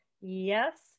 Yes